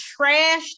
trashed